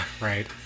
Right